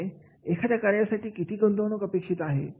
म्हणजेच एखाद्या कार्यासाठी किती गुंतवणूक अपेक्षित आहे